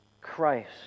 Christ